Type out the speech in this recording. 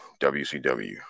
WCW